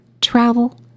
travel